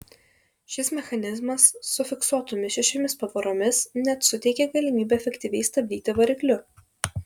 šis mechanizmas su fiksuotomis šešiomis pavaromis net suteikė galimybę efektyviai stabdyti varikliu